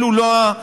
אלו לא המקרים.